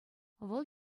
вӑл